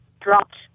dropped